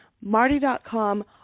Marty.com